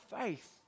faith